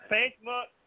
Facebook